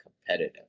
competitive